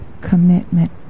commitment